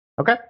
Okay